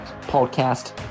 podcast